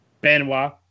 Benoit